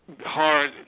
hard